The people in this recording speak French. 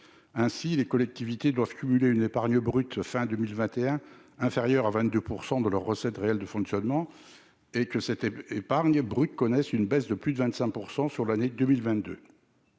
ainsi les collectivités doivent cumuler une épargne brute fin 2021 inférieur à 22 % de leur recettes réelles de fonctionnement et que c'était l'épargne brute connaissent une baisse de plus de 25 % sur l'année 2022,